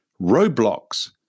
roadblocks